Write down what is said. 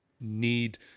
need